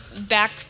Back